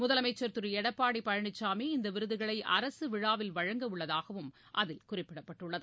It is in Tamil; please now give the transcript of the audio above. முதலமைச்சர் திரு எடப்பாடி பழனிசாமி இந்த விருதுகளை அரசு விழாவில் வழங்க உள்ளதாகவும் அதில் குறிப்பிடப்பட்டுள்ளது